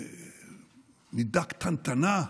במידה קטנטנה,